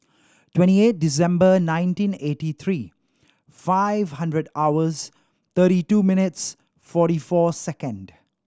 twenty eight December nineteen eighty three five hundred hours thirty two minutes forty four second